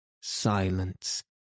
Silence